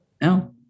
No